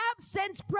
absence